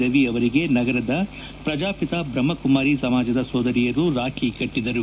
ರವಿ ಅವರಿಗೆ ನಗರದ ಪ್ರಜಾಪಿತ ಬ್ರಹ್ಮಕುಮಾರಿ ಸಮಾಜದ ಸೋದರಿಯರು ರಾಖಿ ಕಟ್ಟದರು